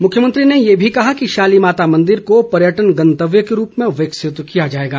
मुख्यमंत्री ने ये भी कहा कि शाली माता मंदिर को पर्यटन गंतव्य के रूप में विकसित किया जाएगा